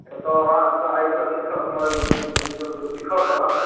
एतय अहाँकेँ आबि कऽ सीखय सीखय पड़त